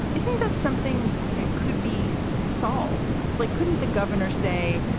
isn't that something that could be solved, like couldn't the governor say,